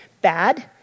bad